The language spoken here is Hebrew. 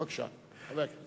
בבקשה, חבר הכנסת.